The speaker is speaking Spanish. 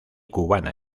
cubana